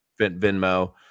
Venmo